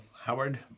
Howard